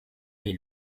les